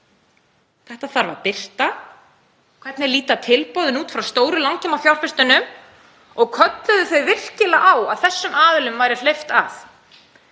Þetta þarf að birta. Hvernig líta tilboðin út frá stóru langtímafjárfestunum og kölluðu þau virkilega á að þessum aðilum væri hleypt að?